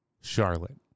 Charlotte